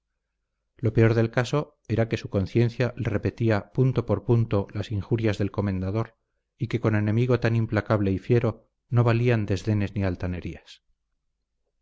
lo peor del caso era que su conciencia le repetía punto por punto las injurias del comendador y que con enemigo tan implacable y fiero no valían desdenes ni altanerías